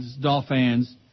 Dolphins